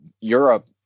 Europe